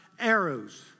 arrows